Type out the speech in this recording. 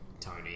Tony